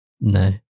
No